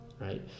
right